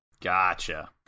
Gotcha